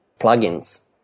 plugins